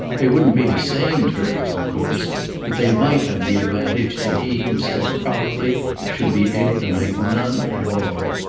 they wouldn't be the same terms of course but they might have the advantage that he himself probably should be able to make none at all.